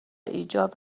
ایجاب